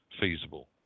feasible